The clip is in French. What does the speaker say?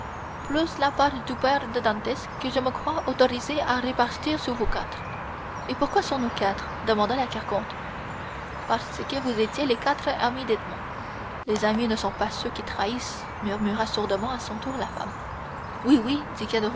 plus la part du père de dantès que je me crois autorisé à répartir sur vous quatre et pourquoi sur nous quatre demanda la carconte parce que vous étiez les quatre amis d'edmond les amis ne sont pas ceux qui trahissent murmura sourdement à son tour la femme oui oui